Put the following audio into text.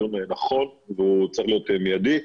דיון נכון והוא צריך להיות מיידי.